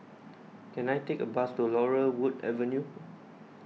can I take a bus to Laurel Wood Avenue